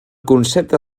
concepte